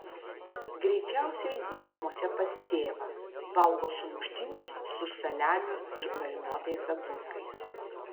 greičiausiai ji namuose pas tėvą valgo sumuštinius su saliamiu ir marinuotais agurkais